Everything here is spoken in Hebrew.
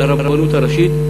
לרבנות הראשית.